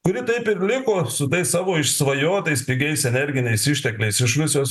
kuri taip ir liko su tais savo išsvajotais pigiais energiniais ištekliais iš rusijos